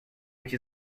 which